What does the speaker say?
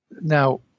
Now